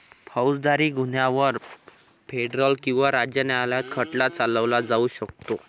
फौजदारी गुन्ह्यांवर फेडरल किंवा राज्य न्यायालयात खटला चालवला जाऊ शकतो